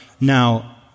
now